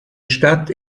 stadt